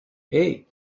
hey